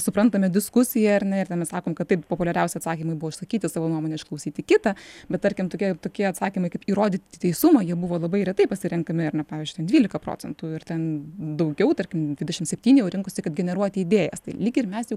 suprantame diskusiją ar ne ir ten mes sakom kad taip populiariausi atsakymai buvo išsakyti savo nuomonę išklausyti kitą bet tarkim tokie tokie atsakymai kaip įrodyti teisumą jie buvo labai retai pasirenkami ar ne pavyzdžiui ten dvylika procentų ir ten daugiau tarkim dvidešim septyni jau rinkosi kad generuoti idėjas tai lyg ir mes jau